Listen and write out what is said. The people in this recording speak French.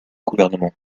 gouvernement